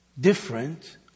Different